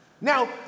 Now